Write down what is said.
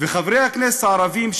וחברי הכנסת הערבים,